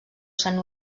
sant